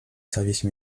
service